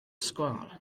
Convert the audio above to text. sgwâr